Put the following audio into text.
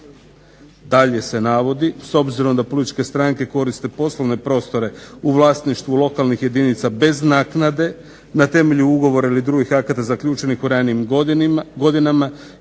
Dalje se navodi, s obzirom da političke stranke koriste poslovne prostore u vlasništvu lokalnih jedinica bez naknade na temelju ugovora ili drugih akata zaključenih u ranijim godinama